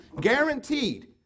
guaranteed